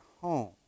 home